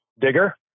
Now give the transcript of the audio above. digger